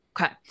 okay